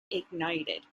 ignited